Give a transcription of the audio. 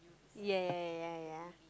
ya ya ya ya ya